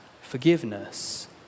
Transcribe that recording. forgiveness